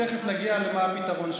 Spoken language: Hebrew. ותכף נגיע למה הפתרון.